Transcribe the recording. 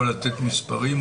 אתה יכול לתת מספרים?